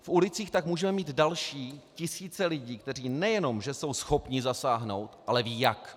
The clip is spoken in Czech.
V ulicích tak můžou být další tisíce lidí, kteří nejenom že jsou schopni zasáhnout, ale vědí jak.